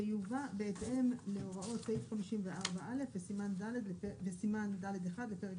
שיובא בהתאם להוראות סעיף 54א וסימן ד'1 לפרק